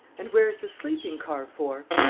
and where's the sleeping-car for?